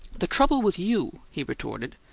the trouble with you, he retorted,